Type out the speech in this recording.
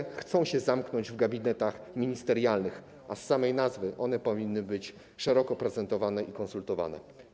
I chce się je zamknąć w gabinetach ministerialnych, a z racji samej nazwy one powinny być szeroko prezentowane i konsultowane.